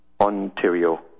Ontario